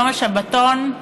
יום השבתון,